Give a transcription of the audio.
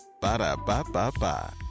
Ba-da-ba-ba-ba